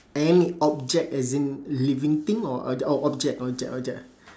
any object as in living thing or or the object object object